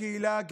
בקהילה הגאה,